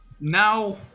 now